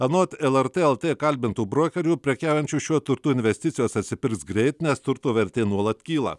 anot lrt lt kalbintų brokerių prekiaujančių šiuo turtu investicijos atsipirks greit nes turto vertė nuolat kyla